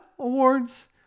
Awards